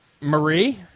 Marie